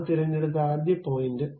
നാം തിരഞ്ഞെടുത്ത ആദ്യ പോയിന്റ്